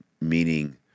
Meaning